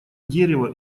дерево